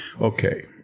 Okay